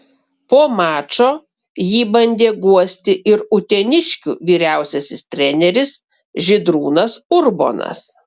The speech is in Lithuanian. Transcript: po mačo jį bandė guosti ir uteniškių vyriausiasis treneris žydrūnas urbonas